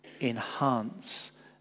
enhance